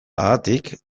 haatik